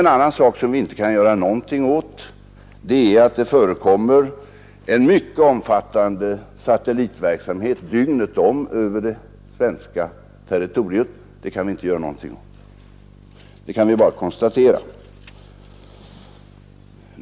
En annan sak som vi inte kan göra något åt är att det förekommer en mycket omfattande satellitverksamhet dygnet om över det svenska territoriet. Det kan vi inte göra något åt, det kan vi bara konstatera.